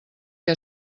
que